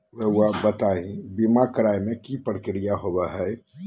रहुआ बताइं बीमा कराए के क्या प्रक्रिया होला?